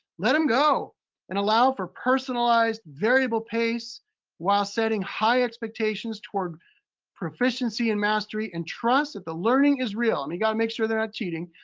let them go and allow for personalized, variable pace while setting high expectations toward proficiency and mastery. and trust that the learning is real. i mean, you gotta make sure they're not cheating,